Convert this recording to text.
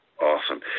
Awesome